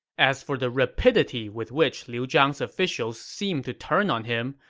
as for the rapidity with which liu zhang's officials seemed to turn on him,